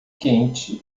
quente